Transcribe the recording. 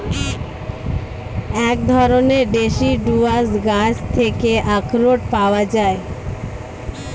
এক ধরণের ডেসিডুয়াস গাছ থেকে আখরোট পাওয়া যায়